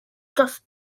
just